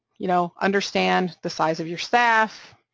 you know, understand the size of your staff,